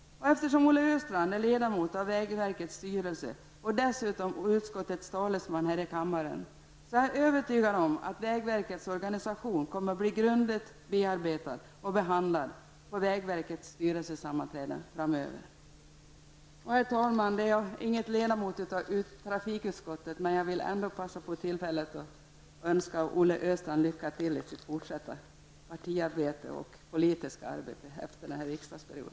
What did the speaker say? Eftersom Olle Östrand är ledamot av vägverkets styrelse och dessutom utskottets talesman här i kammaren är jag övertygad om att vägverkets organisation kommer att bli grundligt bearbetad och behandlad på vägverkets styrelsesammanträden framöver. Herr talman! Jag är inte ledamot i trafikutskottet, men vill ändå passa på tillfället att önska Olle Östrand lycka till i hans fortsatta partiarbete och politiska arbete efter denna riksdagsperiod.